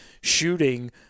shooting